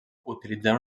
utilitzant